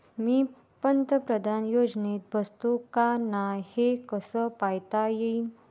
मी पंतप्रधान योजनेत बसतो का नाय, हे कस पायता येईन?